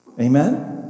Amen